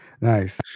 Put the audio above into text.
Nice